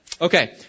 Okay